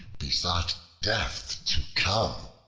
besought death to come.